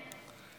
תודה רבה.